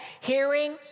hearing